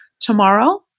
tomorrow